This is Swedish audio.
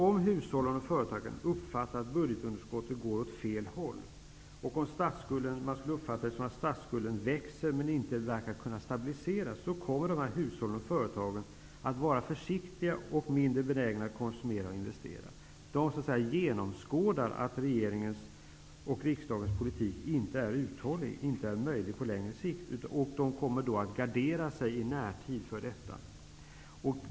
Om hushåll och företag uppfattar att budgetunderskottet går åt fel håll och om man skulle uppfatta det som att statsskulden ökar men inte verkar kunna stabiliseras, kommer hushållen och företagen att vara försiktiga och mindre benägna att konsumera och investera. De genomskådar att regeringens och riksdagens politik inte är uthållig och möjlig på längre sikt. De kommer då att gardera sig i närtid för detta.